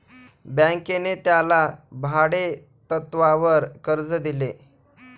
बँकेने त्याला भाडेतत्वावर कर्ज दिले